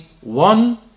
one